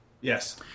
Yes